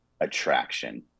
attraction